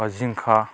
बा जिंखा